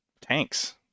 Tanks